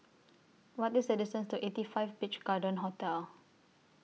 What IS The distance to eighty five Beach Garden Hotel